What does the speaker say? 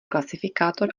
klasifikátor